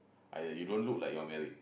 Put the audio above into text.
!aiya! you don't look like you're married